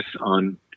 on